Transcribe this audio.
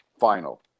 final